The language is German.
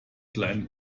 kleinen